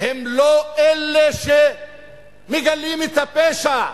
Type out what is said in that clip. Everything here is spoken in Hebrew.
הם לא אלה שמגלים את הפשע.